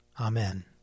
Amen